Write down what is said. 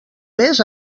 més